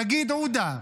תגיד, עודה,